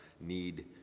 need